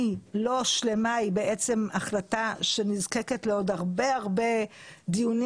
לא שלמה אלא היא בעצם החלטה שנזקקת לעוד הרבה הרבה דיונים